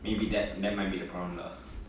maybe that that might be the problem lah